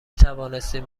توانستیم